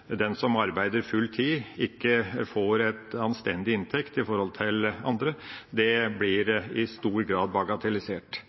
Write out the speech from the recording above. den betydning at den som arbeider full tid, ikke får en anstendig inntekt i forhold til andre – i stor grad blir bagatellisert.